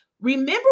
Remember